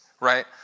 right